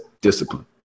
discipline